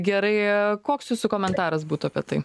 gerai koks jūsų komentaras būtų apie tai